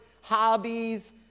hobbies